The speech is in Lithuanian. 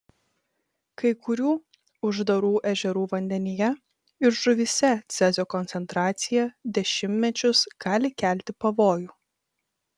kai kurių uždarų ežerų vandenyje ir žuvyse cezio koncentracija dešimtmečius gali kelti pavojų